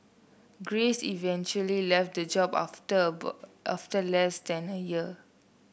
grace eventually left the job after after less than a year